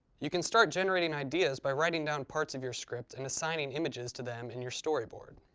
you can start generating ideas by writing down parts of your script and assigning images to them in your storyboard.